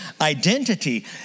identity